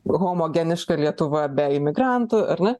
homogeniška lietuva be imigrantų ar ne